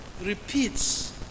repeats